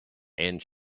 and